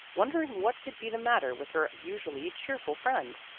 wondering what could be the matter with her usually cheerful friend.